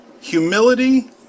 Humility